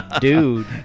Dude